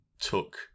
took